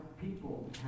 people